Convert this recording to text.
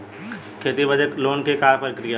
खेती बदे लोन के का प्रक्रिया ह?